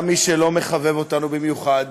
גם מי שלא מחבב אותנו במיוחד,